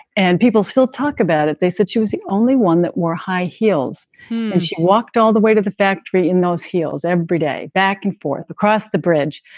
and people still talk about it. they said she was the only one that wear high heels and she walked all the way to the factory in those heels every day, back and forth across the bridge.